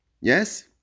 Yes